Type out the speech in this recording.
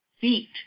feet